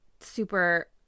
super